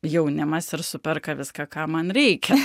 jaunimas ir superka viską ką man reikia